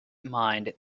mind